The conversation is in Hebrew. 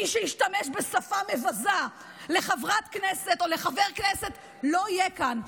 מי שישתמש בשפה מבזה לחברת כנסת או לחבר כנסת לא יהיה כאן.